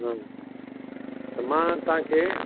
हा त मां तव्हां खे